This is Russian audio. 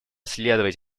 следовать